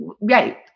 Right